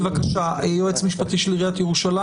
בבקשה, יועץ משפטי של עיריית ירושלים.